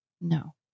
No